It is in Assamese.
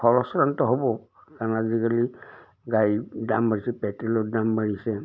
হ'ব কাৰণ আজিকালি গাড়ীত দাম বাঢ়িছে পেট্ৰলৰ দাম বাঢ়িছে